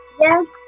Yes